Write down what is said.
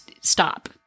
stop